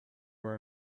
were